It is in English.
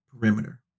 perimeter